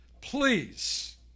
Please